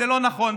זה לא נכון,